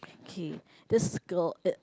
okay this girl it